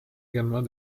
également